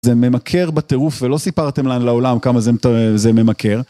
זה ממכר בטירוף ולא סיפרתם לעולם כמה זה ממכר.